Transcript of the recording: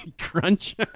Crunch